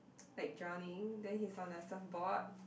like drowning then he is on the safe boat